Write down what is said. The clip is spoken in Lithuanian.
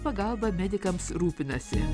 pagalba medikams rūpinasi